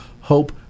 hope